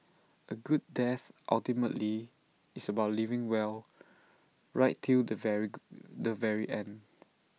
A good death ultimately is about living well right till the very the very end